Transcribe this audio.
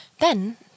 Then